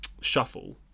shuffle